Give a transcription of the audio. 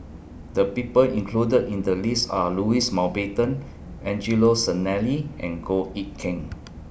The People included in The list Are Louis Mountbatten Angelo Sanelli and Goh Eck Kheng